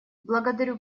благодарю